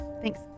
thanks